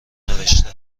نوشته